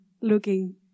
looking